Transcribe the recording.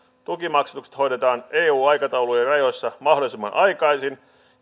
tukimaksatukset hoidetaan eu aikataulujen rajoissa mahdollisimman aikaisin